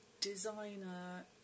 designer